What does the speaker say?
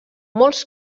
molts